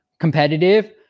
competitive